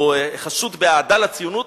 הוא חשוד באהדה לציונות,